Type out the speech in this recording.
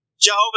Jehovah